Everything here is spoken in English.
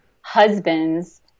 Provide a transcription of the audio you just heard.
husbands